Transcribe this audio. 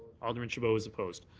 alderman chabot is opposed.